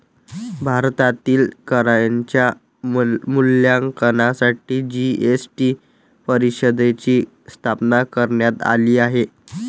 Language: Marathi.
भारतातील करांच्या मूल्यांकनासाठी जी.एस.टी परिषदेची स्थापना करण्यात आली आहे